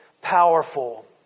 powerful